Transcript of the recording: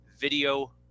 video